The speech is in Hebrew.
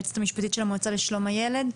היועצת המשפטית של המועצה לשלום הילד,